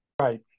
right